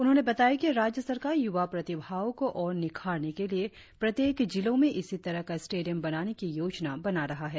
उन्होंने बताया कि राज्य सरकार युवा प्रतिभाओं को और निखारने के लिए प्रत्येक जिलों में इसी तरह का स्टेडियम बनाने की योजना बना रहा है